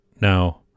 Now